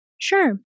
Sure